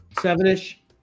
seven-ish